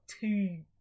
two